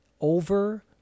over